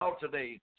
today